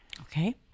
Okay